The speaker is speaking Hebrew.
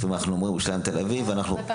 לפעמים אנחנו אומרים ירושלים ותל אביב ונשארים